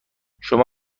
شما